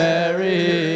Mary